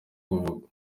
kuvuga